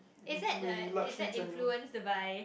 is that like is that influence by